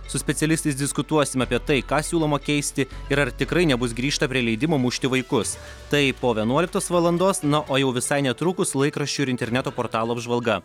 su specialistais diskutuosime apie tai ką siūloma keisti ir ar tikrai nebus grįžta prie leidimo mušti vaikus tai po vienuoliktos valandos na o jau visai netrukus laikraščių ir interneto portalų apžvalga